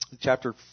chapter